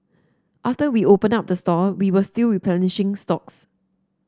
after we opened up the store we were still replenishing stocks